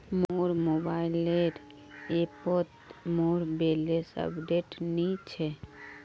मोर मोबाइल ऐपोत मोर बैलेंस अपडेट नि छे